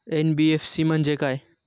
NBFC म्हणजे काय?